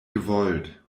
gewollt